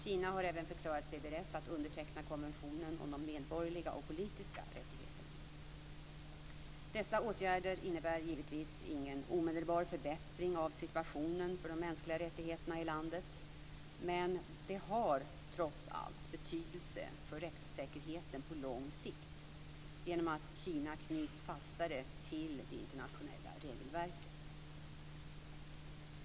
Kina har även förklarat sig berett att underteckna konventionen om medborgerliga och politiska rättigheter. Dessa åtgärder innebär givetvis ingen omedelbar förbättring av situationen för de mänskliga rättigheterna i landet, men de har trots allt betydelse för rättssäkerheten på lång sikt genom att Kina knyts fastare till det internationella regelverket.